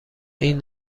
این